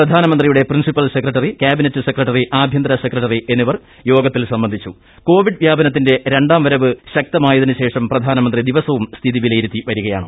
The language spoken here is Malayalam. പ്രപ്പധാനമന്ത്രിയുടെ പ്രിൻസിപ്പൾ സെക്രട്ടറി ക്യാബിനറ്റ് സ്പെക്രട്ടറി ആഭ്യന്തര സെക്രട്ടറി എന്നിവർ യോഗത്തിൽ സംബന്ധിച്ചുക്ക്കോവിഡ് വ്യാപനത്തിന്റെ രണ്ടാം വരവ് ശക്തമായതിക്കുശേഷം പ്രധാനമന്ത്രി ദിവസവും സ്ഥിതിവിലയിരുത്തി വർക്കയാണ്